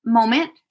moment